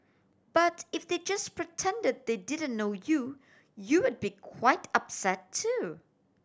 but if they just pretended they didn't know you you'd be quite upset too